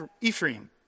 Ephraim